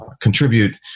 contribute